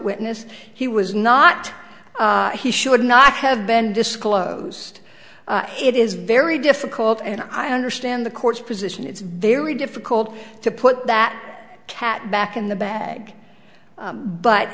witness he was not he should not have been disclosed it is very difficult and i understand the court's position it's very difficult to put that cat back in the bag